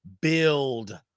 build